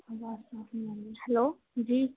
hello جی